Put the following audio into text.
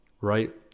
right